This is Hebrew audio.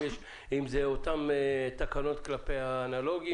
האם זה אותן תקנות כלפי האנלוגי,